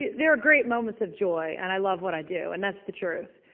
there are great moments of joy and i love what i do and that's the truth.